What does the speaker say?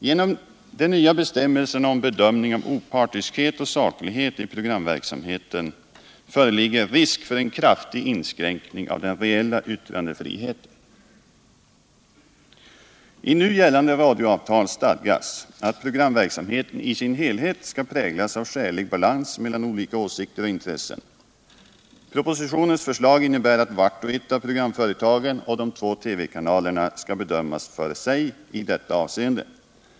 Genom de nya bestämmelserna om bedömningen av opartiskhet och saklighet i programverksamheten föreligger risk för en kraftig inskränkning av den reella yttrandefriheten. I nu gällande radioavtal stadgas att programverksamheten i sin helhet skall präglas av skälig balans mellan olika åsikter och intressen. Propositionens förslag innebär att vart och ett av programföretagen och de två TV-kanalerna skall bedömas för sig i detta avseende.